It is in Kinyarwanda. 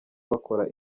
bakora